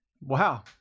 Wow